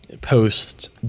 post